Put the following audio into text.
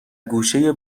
گوشه